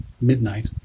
midnight